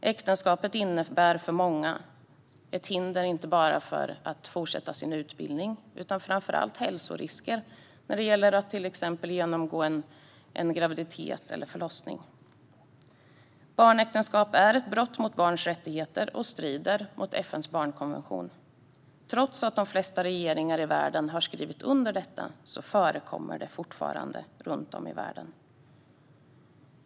Äktenskapet innebär för många ett hinder för fortsatt utbildning men framför allt hälsorisker i samband med graviditet och förlossning. Barnäktenskap är ett brott mot barns rättigheter och strider mot FN:s barnkonvention. Trots att de flesta regeringar i världen har skrivit under denna förekommer barnäktenskap fortfarande runt om i världen.